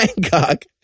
Bangkok